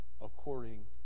according